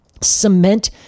cement